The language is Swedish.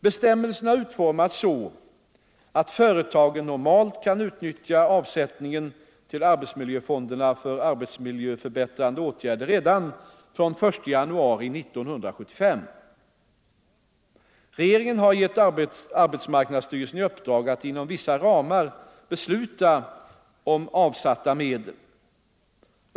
Bestämmelserna har utformats så att företagen normalt kan utnyttja avsättningen till arbetsmiljöfonderna för arbetsmiljöförbättrande åtgärder redan från den 1 januari 1975. Regeringen har gett arbetsmarknadsstyrelsen i uppdrag att inom vissa ramar besluta om avsatta medel.